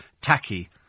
tacky